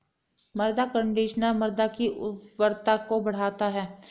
मृदा कंडीशनर मृदा की उर्वरता को बढ़ाता है